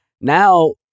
now